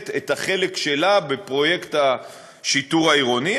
מממנת את החלק שלה בפרויקט השיטור העירוני,